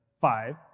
five